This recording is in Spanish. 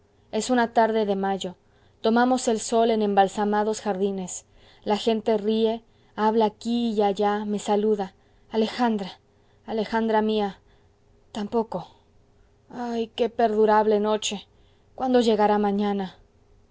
es una tarde de mayo tomamos el sol en embalsamados jardines la gente ríe habla acá y allá me saluda alejandra alejandra mía tampoco ah qué perdurable noche cuándo llegará mañana